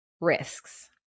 risks